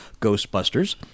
Ghostbusters